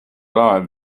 like